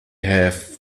have